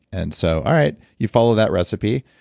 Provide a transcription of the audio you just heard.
and so all right, you follow that recipe.